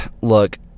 Look